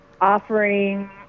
offering